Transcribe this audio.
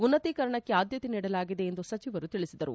ಉನ್ನತೀಕರಣಕ್ಕೆ ಆದ್ದತೆ ನೀಡಲಾಗಿದೆ ಎಂದು ಸಚಿವರು ತಿಳಿಸಿದ್ದಾರೆ